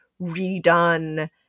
redone